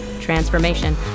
transformation